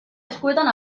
eskuetan